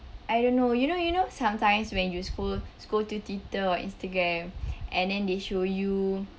I don't know you know you know sometimes when you scroll scroll to twitter or instagram and then they show you